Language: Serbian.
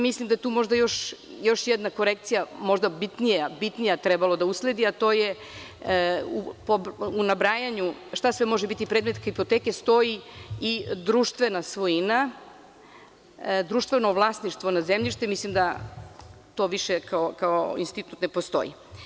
Mislim da je tu jedna korekcija bitna koja je trebala da usledi, a to je da u nabrajanju šta sve može biti predmet hipoteke stoji i društvena svojina, društveno vlasništvo nad zemljištem, mislim da to više kao institut ne postoji.